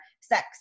sex